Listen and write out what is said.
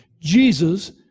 Jesus